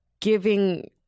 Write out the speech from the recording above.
giving